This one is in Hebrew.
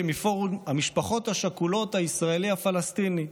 מפורום המשפחות השכולות הישראלי-פלסטיני.